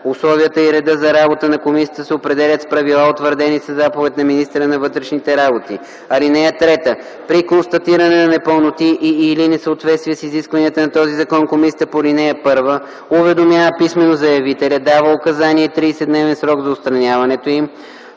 Условията и редът за работа на комисията се определят с правила, утвърдени със заповед на министъра на вътрешните работи. (3) При констатиране на непълноти и/или несъответствия с изискванията на този закон комисията по ал. 1 уведомява писмено заявителя, дава указания и 30-дневен срок за отстраняването им,